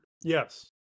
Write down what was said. Yes